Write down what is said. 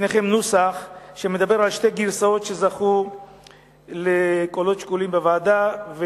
לפניכם נוסח שמדבר על שתי גרסאות שזכו לקולות שקולים בוועדה: